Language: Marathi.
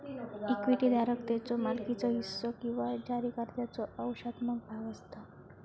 इक्विटी धारक त्याच्यो मालकीचो हिस्सो किंवा जारीकर्त्याचो अंशात्मक भाग असता